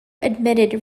admitted